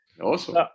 Awesome